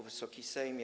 Wysoki Sejmie!